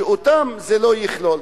שאותם זה לא יכלול.